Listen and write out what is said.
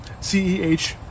CEH